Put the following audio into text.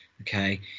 okay